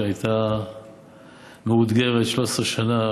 שהייתה מאותגרת 13 שנה,